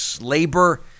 labor